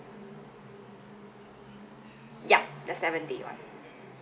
yup the seven day [one]